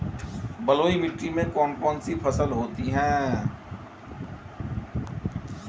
बलुई मिट्टी में कौन कौन सी फसल होती हैं?